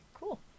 cool